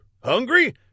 Hungry